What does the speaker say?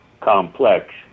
complex